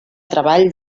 treball